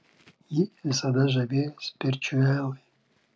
jį visada žavėjo spiričiuelai